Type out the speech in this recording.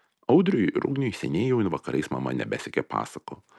audriui ir ugniui seniai jau vakarais mama nebesekė pasakų